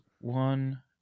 one